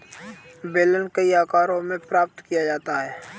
बेलन कई आकारों में प्राप्त किया जाता है